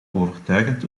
overtuigend